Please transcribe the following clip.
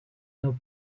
nos